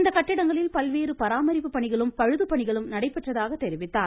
இந்த கட்டிடங்களில் பல்வேறு பராமரிப்பு பணிகளும் பழுது பணிகளும் நடைபெற்றதாக கூறினார்